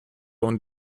und